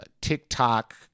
TikTok